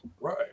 Right